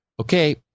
okay